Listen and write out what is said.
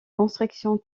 construction